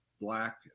black